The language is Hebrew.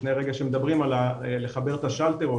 לפני רגע שמדברים על לחבר את השלטר,